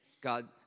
God